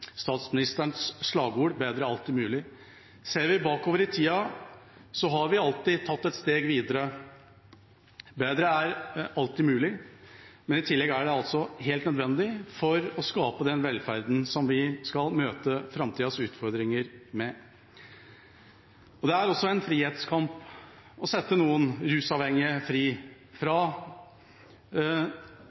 statsministerens slagord – bedre er alltid mulig. Ser vi bakover i tid, har vi alltid tatt et steg videre. Bedre er alltid mulig, men i tillegg helt nødvendig for å skape den velferden som vi skal møte framtidas utfordringer med. Det er også en frihetskamp å sette noen rusavhengige fri fra